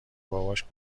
باباش